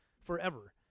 forever